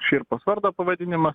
škirpos vardo pavadinimą